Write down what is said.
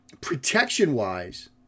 protection-wise